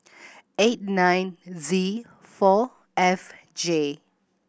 eight nine Z four F J